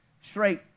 straight